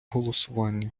голосування